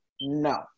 no